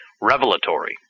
revelatory